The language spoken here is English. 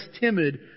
timid